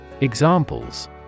Examples